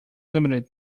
limited